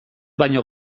baino